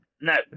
No